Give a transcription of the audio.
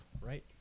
right